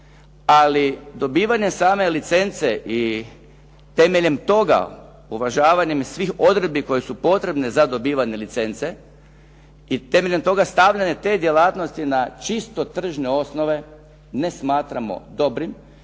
ali dobivanjem same licence i temeljem toga uvažavanjem svih odredbi koje su potrebne za dobivanje licence i temeljem toga stavljanje te djelatnosti na čisto tržne osnove ne smatramo dobrim,